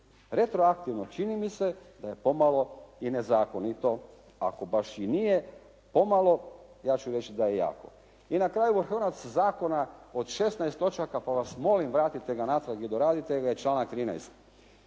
Retroaktivno čini mi se da je pomalo i nezakonito. Ako baš i nije pomalo, ja ću reći da je jako. I na kraju vrhunac zakona od 16 točaka pa vas molim vratite ga natrag i doradite ga i članak 13.